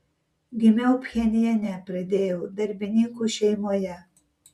gimiau pchenjane pradėjau darbininkų šeimoje